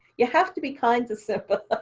you have to be kind to simba. ah